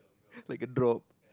like a drop